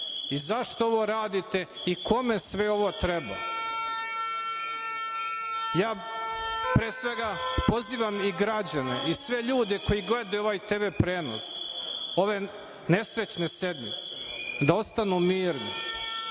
i zašto ovo radite i kome sve ovo treba? Pre svega, pozivam i građane i sve ljude koji gledaju ovaj TV prenos, ove nesrećne sednice, da ostanu mirni,